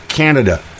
Canada